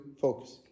focus